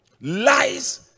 lies